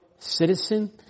Citizen